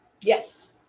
Yes